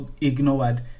ignored